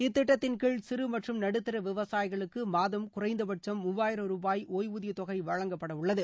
இத்திட்டத்தின் கீழ் சிறு மற்றும் நடுத்தர விவசாயிகளுக்கு மாதம் குறைந்தபட்சும் மூவாயிரம் ரூபாய் ஒய்வூதிய தொகை வழங்கப்பட உள்ளது